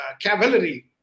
cavalry